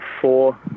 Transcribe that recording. four